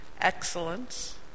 excellence